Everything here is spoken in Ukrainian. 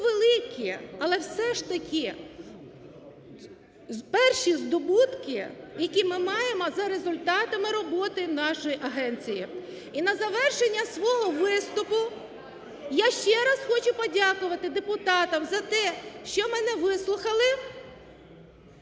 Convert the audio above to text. великі, але все ж таки перші здобутки, які ми маємо за результатами роботи нашої агенції. І на завершення свого виступу я ще раз хочу подякувати депутатам за те, що мене вислухали.